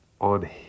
on